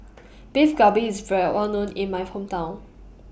Beef Galbi IS Well A known in My Hometown